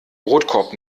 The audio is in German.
brotkorb